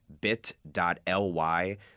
bit.ly